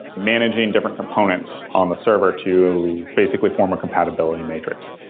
managing different components on the server to basically form a compatibility matrix.